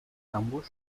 ambos